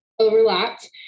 overlapped